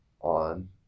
on